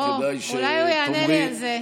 אולי הוא יענה לי על זה.